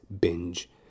binge